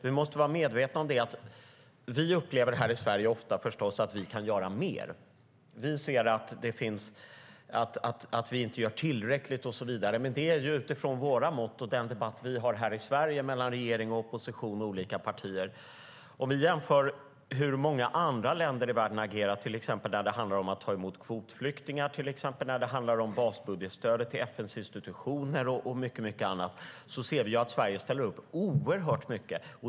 Vi måste vara medvetna om att vi här i Sverige ofta upplever att vi kan göra mer. Vi ser att vi inte gör tillräckligt och så vidare. Men det är utifrån våra mått och den debatt som vi har här i Sverige mellan regering, opposition och olika partier. Om vi jämför med hur många andra länder i världen agerar, till exempel när det handlar om att ta emot kvotflyktingar, när det handlar om basbudgetstödet till FN:s institutioner och mycket annat, ser vi att Sverige ställer upp oerhört mycket.